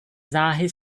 záhy